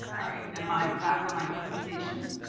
all right, am i back on my presentation?